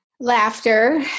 Laughter